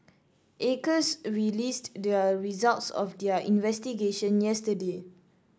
acres released the results of their investigation yesterday